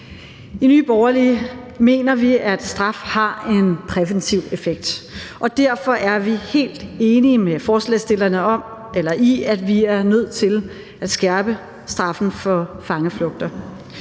I Nye Borgerlige mener vi, at straf har en præventiv effekt, og derfor er vi helt enige med forslagsstillerne i, at vi er nødt til at skærpe straffen for fangeflugter.